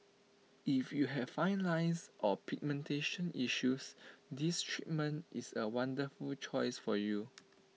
if you have fine lines or pigmentation issues this treatment is A wonderful choice for you